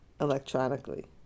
electronically